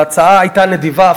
ההצעה הייתה נדיבה,